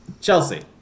Chelsea